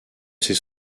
ces